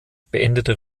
beendete